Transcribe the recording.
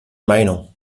meinung